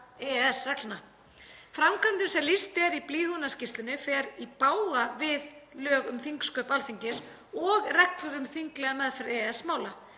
EES-reglna. Framkvæmd sem lýst er í blýhúðunarskýrslunni fer í bága við lög um þingsköp Alþingis og reglur um þinglega meðferð EES-mála.